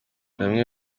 bamwe